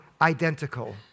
identical